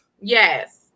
Yes